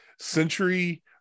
century